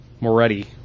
Moretti